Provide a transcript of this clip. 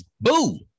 Boo